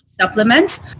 supplements